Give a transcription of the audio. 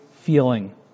feeling